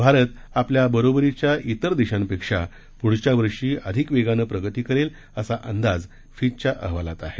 भारत आपल्या बरोबरीच्या इतर देशांपेक्षा पुढच्या वर्षी अधिक वेगाने प्रगती करेल असा अंदाज फिचच्या अहवालात आहे